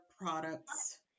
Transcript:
products